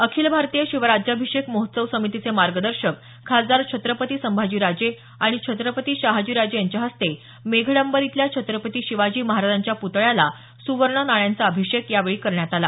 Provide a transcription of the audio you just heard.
अखिल भारतीय शिवराज्याभिषेक महोत्सव समितीचे मार्गदर्शक खासदार छत्रपती संभाजीराजे आणि छत्रपती शहाजीराजे यांच्या हस्ते मेघडंबरीतल्या छत्रपती शिवाजी महाराजांच्या पुतळ्याला सुवर्ण नाण्यांचा अभिषेक यावेळी करण्यात आला